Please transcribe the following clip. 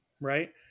right